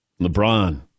LeBron